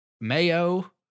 mayo